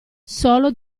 solo